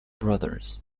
brothers